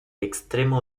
extremo